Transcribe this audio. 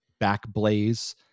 Backblaze